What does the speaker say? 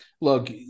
look